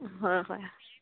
হয় হয়